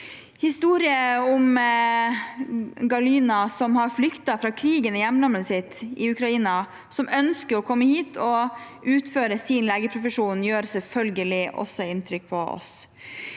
Historien om Galyna, som har flyktet fra krigen i hjemlandet sitt, Ukraina, og som har kommet hit og ønsker å utføre sin legeprofesjon, gjør selvfølgelig også inntrykk på oss.